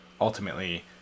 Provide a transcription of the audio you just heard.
ultimately